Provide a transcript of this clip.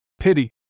Pity